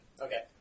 Okay